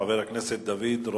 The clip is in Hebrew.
חבר הכנסת דוד רותם,